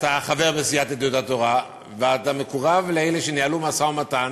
אתה חבר בסיעת יהדות התורה ואתה מקורב לאלה שניהלו משא-ומתן